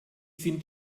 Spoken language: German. sind